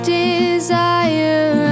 desire